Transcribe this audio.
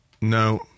No